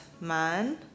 man